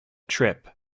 trip